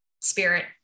spirit